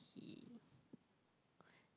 he